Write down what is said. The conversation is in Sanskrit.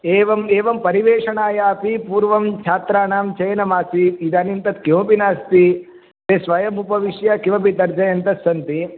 एवम् एवं परिवेषणायापि पूर्वं छात्राणां चयनमासीत् इदानीं तत् किमपि नास्ति ते स्वयमुपविश्य किमपि तर्जयन्तस्सन्ति